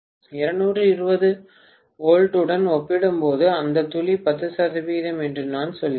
220 V உடன் ஒப்பிடும்போது அந்த துளி 10 சதவிகிதம் என்று நான் சொல்கிறேன்